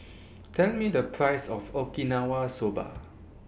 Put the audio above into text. Tell Me The Price of Okinawa Soba